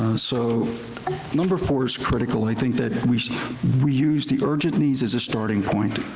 so number four is critical. i think that we so we use the urgent needs as a starting point.